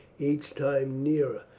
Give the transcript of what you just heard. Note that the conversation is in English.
each time nearer,